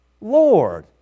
Lord